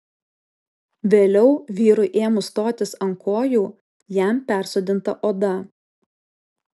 vėliau vyrui ėmus stotis ant kojų jam persodinta oda